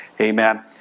Amen